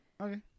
okay